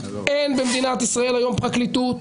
אין במדינת ישראל היום פרקליטות,